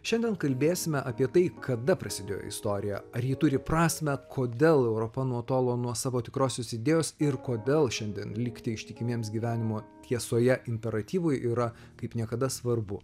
šiandien kalbėsime apie tai kada prasidėjo istorija ar ji turi prasmę kodėl europa nutolo nuo savo tikrosios idėjos ir kodėl šiandien likti ištikimiems gyvenimo tiesoje imperatyvui yra kaip niekada svarbu